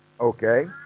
Okay